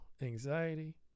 anxiety